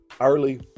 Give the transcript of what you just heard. early